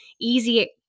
easy